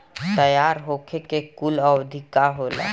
तैयार होखे के कूल अवधि का होला?